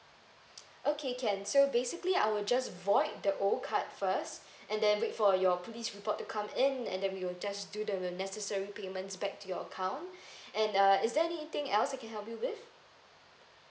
okay can so basically I'll just void the old card first and then wait for your police report to come in and then we will just do the necessary payments back to your account and uh is there anything else I can help you with